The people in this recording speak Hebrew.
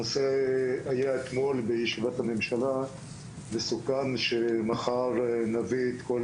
הנושא היה אתמול בישיבת הממשלה וסוכם שמחר נביא את כל